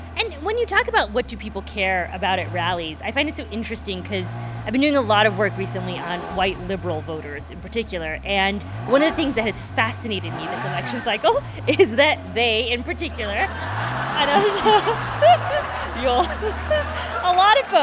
and when you talk about what do people care about at rallies, i find it so interesting because i've been doing a lot of work recently on white liberal voters in particular. and one the things that has fascinated me this election cycle is that they, in particular. um a lot of